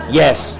Yes